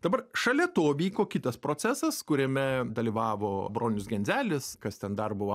dabar šalia to vyko kitas procesas kuriame dalyvavo bronius genzelis kas ten dar buvo